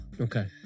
Okay